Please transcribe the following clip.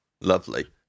Lovely